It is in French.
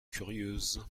curieuse